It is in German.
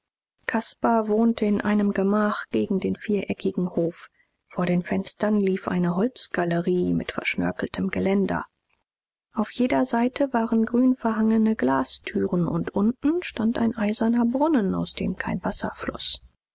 caspar wohnte in einem gemach gegen den viereckigen hof vor den fenstern lief eine holzgalerie mit verschnörkeltem geländer auf jeder seite waren grünverhangene glastüren und unten stand ein eiserner brunnen aus dem kein wasser floß